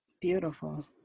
Beautiful